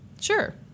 Sure